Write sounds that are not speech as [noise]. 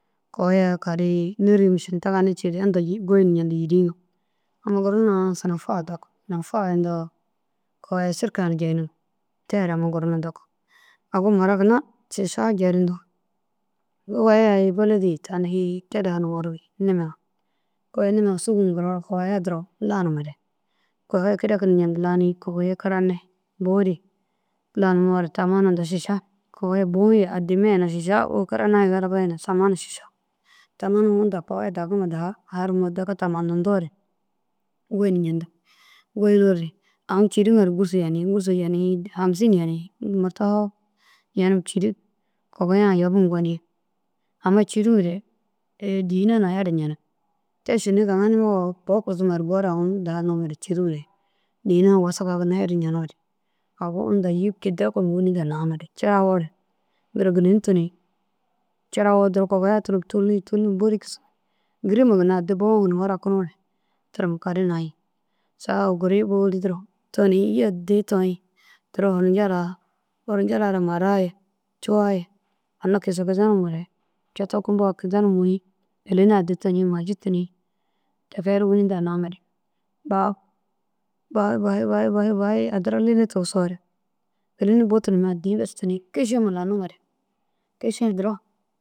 Kowoya kari nîri tiganii cii ru gôyindu njedu yîri ŋa amma gur na sanafa daku sanafa indoo kowoya šerka unnu jeyindiŋa. Tee re amma gur na daku. Agu mura ginna šiša jeri hundu. Kowoya ai bêleda ŋa daha nûŋurug niima ŋa kowoya niima ŋa sûgu ŋuroo kowoya duro lanimare kogoye kirekindu njedu lanii kogoye karane buru lanimoore tamana hunta šiša kogoye buu ye addime ye na šiša wo karana ye galaba ye na tamana hunta šiša. Tamanu huma inta kogoye dagima harimoore deki tamandidoore gôyindu ncendig au cîriŋa ru gûrsu yeni gûsu yenii hamîsin yenii murta foo yenim cîrig. Kogoya yobum goni amma cîrure dîfina huna heru ncenig te šinni gaŋanimoo na bo gurtumare aũ daha nam cîrore dîfina wasaga ginna heri njenoore. Au inta îyi kide kisim wûni daha namoore cirawore duro gîleni tuni ciira woo duro kowoye tunum tûlum bôli kisim gîrima addi bu ginna furakinoore tirim kari nayi. Saga awu guriĩ bôli duro tuni îyi addi toyi duro hurña ara mara ye cuwa ye ginna kizekizenumare cito kûmpa na kizenum mûyi gîleni addi tuni maji tuni ti kee wîni daha namare [hesitation] bahi bahi bahi bahi bahi addi ra lili tigisoore gîleni bu tunummi addi bes tunii kišima lanimare kiši duro.